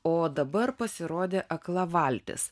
o dabar pasirodė akla valtis